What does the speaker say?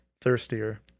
thirstier